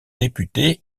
députés